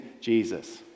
Jesus